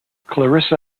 clarissa